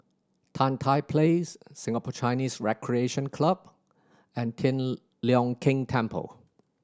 Tan Tye Place Singapore Chinese Recreation Club and Tian Leong Keng Temple